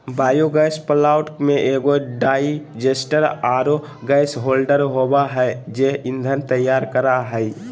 biogas plant में एगो digester आरो गैस होल्डर होबा है जे ईंधन तैयार करा हइ